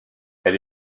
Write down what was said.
elle